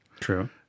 True